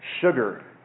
sugar